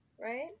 right